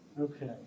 Okay